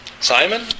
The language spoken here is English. Simon